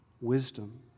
wisdom